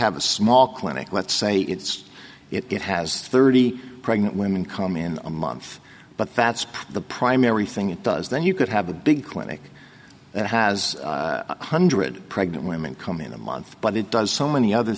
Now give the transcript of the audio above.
have a small clinic let's say it's it has thirty pregnant women come in a month but that's the primary thing it does then you could have a big clinic that has one hundred pregnant women come in a month but it does so many other